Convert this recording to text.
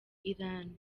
iran